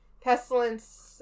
pestilence